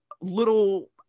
little